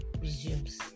resumes